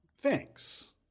Thanks